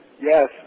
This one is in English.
Yes